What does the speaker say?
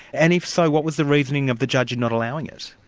and if so, what was the reasoning of the judge in not allowing it?